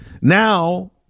Now